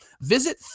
visit